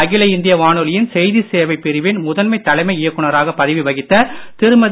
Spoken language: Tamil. அகில இந்திய வானொலியின் செய்திச் சேவை பிரிவின் முதன்மை தலைமை இயக்குநராக பதவி வகித்த திருமதி